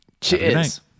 Cheers